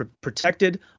protected